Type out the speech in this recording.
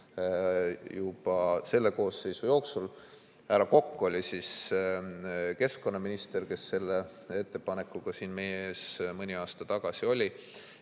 selle koosseisu jooksul. Härra Kokk oli siis keskkonnaminister, kes selle ettepanekuga siin meie ees mõni aasta tagasi oli.